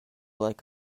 like